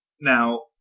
Now